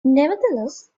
nevertheless